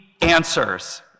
answers